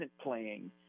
playing